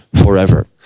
forever